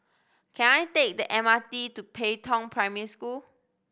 can I take the M R T to Pei Tong Primary School